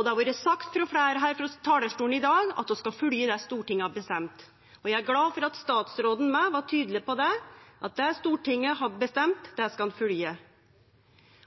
Det har blitt sagt av fleire frå talarstolen her i dag at vi skal følgje det Stortinget har bestemt. Eg er glad for at statsråden òg var tydeleg på at det Stortinget har bestemt, skal han følgje.